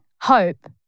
hope